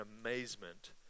amazement